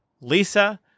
Lisa